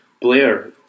Blair